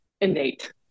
innate